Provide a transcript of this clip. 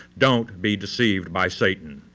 don't be deceived by satan.